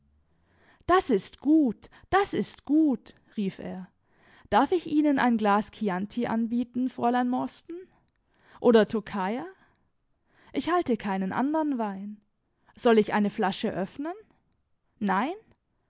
das ist gut das ist gut sagte er miss morstan darf ich ihnen ein glas chianti anbieten oder tokayer ich habe keine anderen weine soll ich eine flasche öffnen nein